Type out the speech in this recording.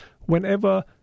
whenever